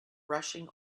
rushing